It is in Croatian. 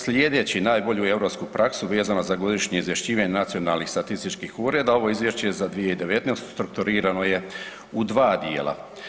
Slijedeći najbolju europsku praksu vezano za godišnje izvješćivanje nacionalnih statističkih ureda ovo izvješće je za 2019. strukturirano je u 2 dijela.